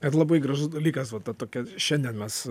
ir labai gražus dalykas va ta tokia šiandien mes